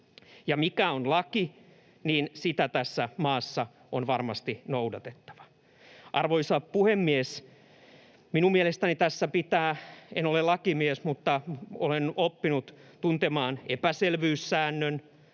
mikä on laki, tässä maassa on varmasti noudatettava. Arvoisa puhemies! En ole lakimies, mutta olen oppinut tuntemaan epäselvyyssäännön